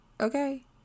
Okay